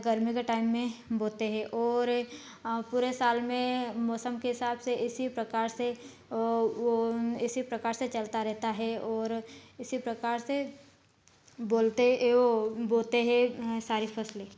गर्मी के टाइम में बोते हैं और पूरे साल में मौसम के हिसाब से इसी प्रकार से औ वो इसी प्रकार से चलता रहता है और इसी प्रकार से बोलते एव बोते हैं सारी फसलें